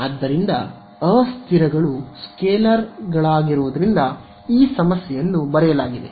ಆದ್ದರಿಂದ ಅಸ್ಥಿರಗಳು ಸ್ಕೇಲರ್ಗಳಾಗಿರುವುದರಿಂದ ಈ ಸಮಸ್ಯೆಯನ್ನು ಬರೆಯಲಾಗಿದೆ